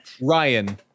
Ryan